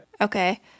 Okay